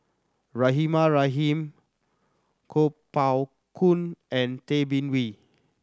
Rahimah Rahim Kuo Pao Kun and Tay Bin Wee